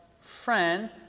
friend